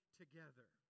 together